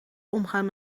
omgaan